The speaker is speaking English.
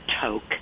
toke